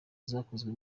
zikozwe